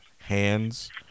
hands